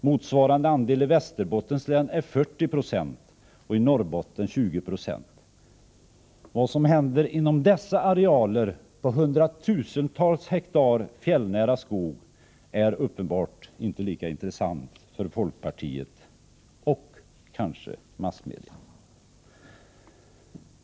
Motsvarande andel i Västerbotten är 40 26 och i Norrbotten 20 96. Vad som händer inom dessa arealer på hundratusentals hektar fjällnära skog är uppenbart inte lika intressant för folkpartiet — och kanske massmedia.